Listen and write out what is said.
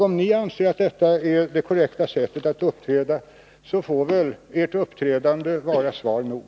Om ni anser att detta är det korrekta sättet att uppträda får väl ert uppträdande vara svar nog.